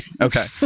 Okay